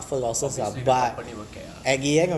obviously the company will care ah